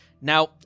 Now